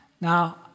Now